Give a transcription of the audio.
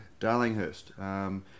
Darlinghurst